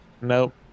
Nope